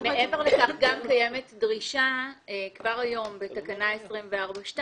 מעבר לכך גם קיימת דרישה כבר היום בתקנה 24(2),